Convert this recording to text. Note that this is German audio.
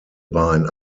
bein